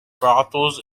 brothel